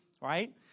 right